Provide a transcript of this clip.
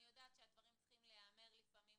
אני יודעת שהדברים צריכים להיאמר לפעמים,